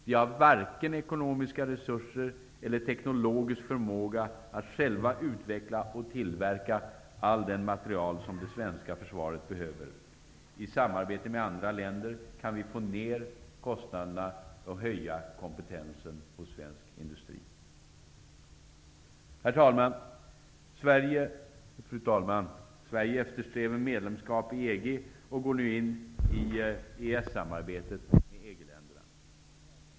Vi har varken ekonomiska resurser eller teknologisk förmåga att själva utveckla och tillverka all den materiel som det svenska försvaret behöver. I samarbete med andra länder kan vi få ner kostnaderna och höja kompetensen hos svensk industri. Fru talman! Sverige eftersträvar medlemskap i EG och går nu in i EES-samarbetet med EG-länderna.